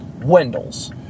Wendell's